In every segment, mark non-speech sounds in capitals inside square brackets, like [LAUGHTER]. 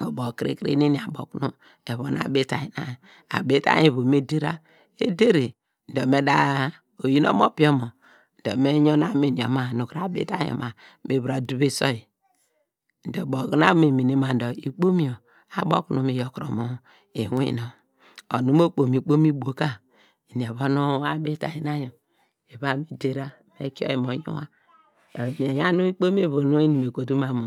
Ubo kiri nu eni abo okunu evon abitainy na, abitainy ivu me dera, eder` dor, oyin omopinyi omo dor me yon anun yor ma nu abitainy yor ma me va ta duv ese oyi dor ubo okunu abo okunu me mene ma dor ikpom yor abo okunu mi yokuro mu inwin nonw onu nu mor kpom ikpom ibwo ka eni evon abitainy na yor eni evon me dera me kie oyi mo yunwa, eni eyan ikpom ivu nu eni me kotu ma mu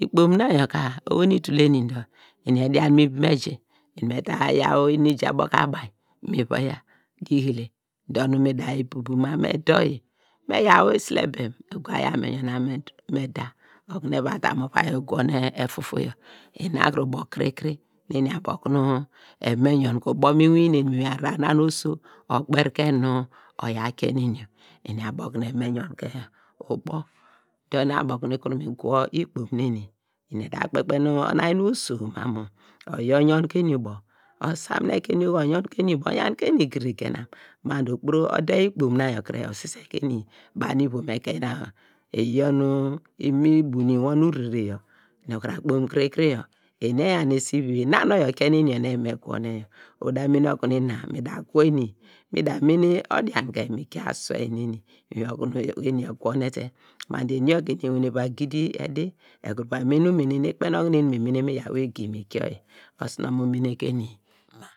[UNINTELLIGIBLE] ikpom na yor ka oho nu itul te eni dor eni me dian mu ivom eji, eni me ta yaw inu nu ija ubo ko abainy me va yia, digle dor nu me da yi bubuma me da oyi me yaw isilebem egwa yaw me ywan anun nu mi da okunu eva ta mu banu ugwonem mu ukpainy efufuyo ina kre ubo kiri kiri nu eni abo okunu eni von me yon ke ubo mu inwineni mi inwin ahrar na nu oso okperiken nu oya kien eni yor, eni abo okunu eni evan me yon ke ubo dor nu abo okunu mi kuru mi gwo ikpom neni eni eda kpeken onu oyan oso ma mu oyi oyon ke eni ubo, osami neke eni oho vi oyon ke eni igiri gena ma dor okpuro ide ikpom na yaw kie osise ke eni banu ivom ekein na iyor nu mi binu wor nu urere yor nu kuru akpom kiri kiri yor eni eyan esi ivi, ina nu oyi okien eni yor oda mene okunu ina mi da gwo eni me mene odianke mi ku aswei neni inwin okunu eni egwo ne te ma dor eni yor ka ewane va egidi edi, ekuru va me ne umene nu mi yaw egi mi kie oyi osunomon omene ke eni ma.